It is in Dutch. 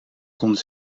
konden